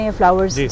flowers